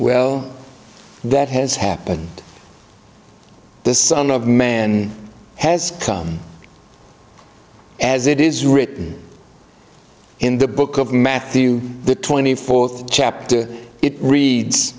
well that has happened the son of man has come as it is written in the book of matthew the twenty fourth chapter it reads